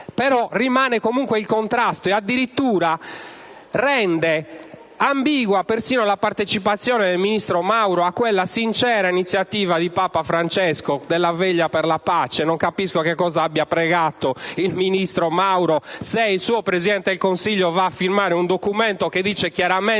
fare. Rimane comunque il contrasto e addirittura rende ambigua persino la partecipazione del ministro Mauro a quella sincera iniziativa di Papa Francesco di una veglia per la pace. Non capisco cosa abbia pregato il ministro Mauro se il suo Presidente del Consiglio va a firmare un documento che dice chiaramente